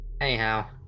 Anyhow